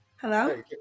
Hello